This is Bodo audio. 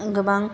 गोबां